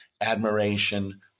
admiration